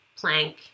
plank